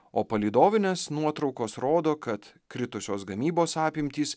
o palydovinės nuotraukos rodo kad kritusios gamybos apimtys